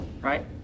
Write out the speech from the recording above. Right